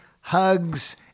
hugs